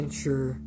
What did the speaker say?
sure